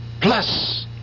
Plus